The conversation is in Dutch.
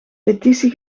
petitie